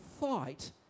fight